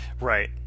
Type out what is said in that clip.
Right